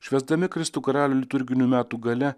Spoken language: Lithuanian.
švęsdami kristų karalių liturginių metų gale